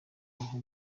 waho